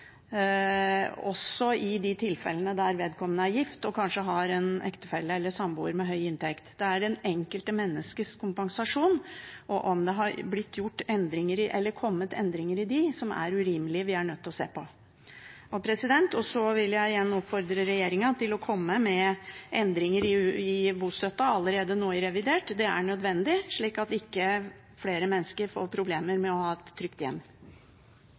også i de tilfellene der vedkommende er gift og kanskje har en ektefelle eller samboer med høy inntekt. Det er det enkelte menneskets kompensasjon og om det er blitt gjort endringer i den som er urimelige, vi er nødt til å se på. Så vil jeg igjen oppfordre regjeringen til å komme med endringer i bostøtten allerede nå i revidert. Det er nødvendig, slik at ikke flere mennesker får problemer med å ha et trygt hjem.